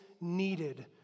needed